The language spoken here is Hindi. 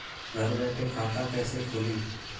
घर बैठे खाता कैसे खोलें?